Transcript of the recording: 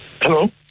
hello